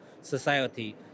society